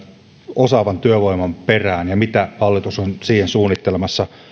osaavan työvoiman perään ja mitä hallitus on siihen suunnittelemassa